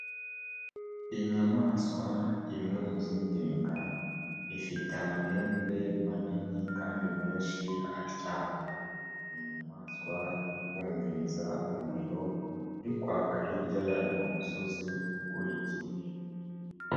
Inyamaswa imwe mu zigenga, ifite amahembe manini kandi menshi atyaye. Ni inyamaswa irikumviriza umuriro uri kwaka hirya yayo kumusozi ukurikiye.